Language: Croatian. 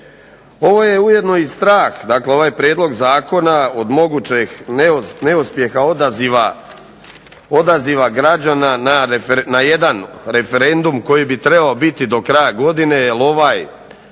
Ovo je ujedno i strah, ovaj Prijedlog zakona od mogućeg neuspjeha, odaziva građana na jedan referendum koji bi trebao biti do kraja godine, jer ovaj